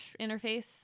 interface